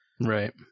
Right